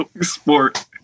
sport